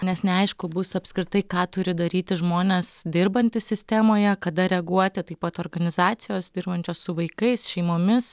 nes neaišku bus apskritai ką turi daryti žmonės dirbantys sistemoje kada reaguoti taip pat organizacijos dirbančios su vaikais šeimomis